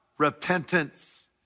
repentance